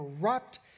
corrupt